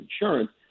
insurance